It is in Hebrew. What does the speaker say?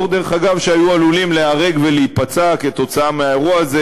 שהיו עלולים להיהרג ולהיפצע באירוע הזה,